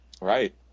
Right